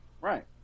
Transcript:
Right